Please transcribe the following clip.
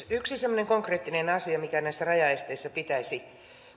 yksi semmoinen konkreettinen asia mikä näissä rajaesteissä pitäisi